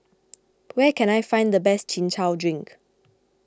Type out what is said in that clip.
where can I find the best Chin Chow Drink